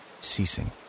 ceasing